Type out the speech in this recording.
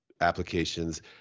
applications